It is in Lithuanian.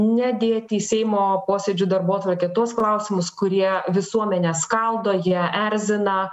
nedėti į seimo posėdžių darbotvarkę tuos klausimus kurie visuomenę skaldo ją erzina